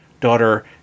daughter